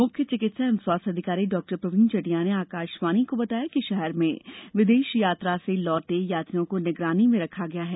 मुख्य चिकित्सा एवं स्वास्थ्य अधिकारी डॉ प्रवीण जड़िया ने आकाशवाणी को बताया कि शहर में विदेश यात्रा से लौटे यात्रियों को निगरानी में रखा गया है